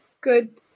good